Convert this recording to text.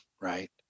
right